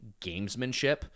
gamesmanship